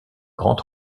grand